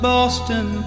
Boston